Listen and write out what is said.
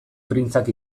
printzak